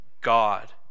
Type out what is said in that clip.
God